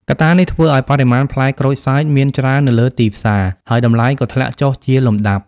កត្តានេះធ្វើឱ្យបរិមាណផ្លែក្រូចសើចមានច្រើននៅលើទីផ្សារ ហើយតម្លៃក៏ធ្លាក់ចុះជាលំដាប់។